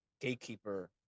gatekeeper